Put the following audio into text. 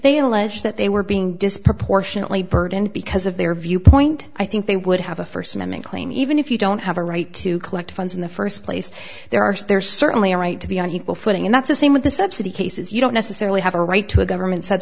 allege that they were being disproportionately burdened because of their viewpoint i think they would have a first amendment claim even if you don't have a right to collect funds in the first place there are there's certainly a right to be on equal footing and that's the same with the subsidy cases you don't necessarily have a right to a government s